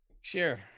Sure